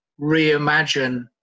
reimagine